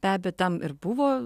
be abejo tam ir buvo